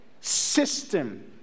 system